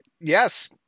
Yes